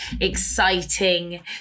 exciting